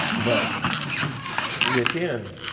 but within,